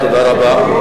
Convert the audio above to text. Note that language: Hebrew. תודה רבה.